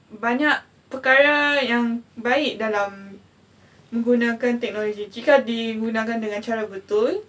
banyak perkara yang baik dalam menggunakan teknologi jika digunakan dengan cara betul